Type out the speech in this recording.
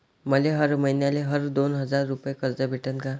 मले हर मईन्याले हर दोन हजार रुपये कर्ज भेटन का?